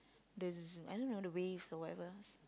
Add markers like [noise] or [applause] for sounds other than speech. the [noise] I don't know the waves or whatever